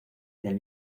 del